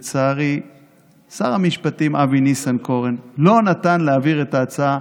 לצערי שר המשפטים אבי ניסנקורן לא נתן להעביר את ההצעה